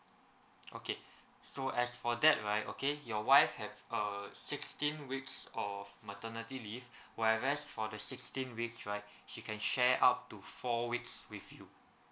okay so as for that right okay your wife have uh sixteen weeks of maternity leave whereas for the sixteen weeks right she can share up to four weeks with you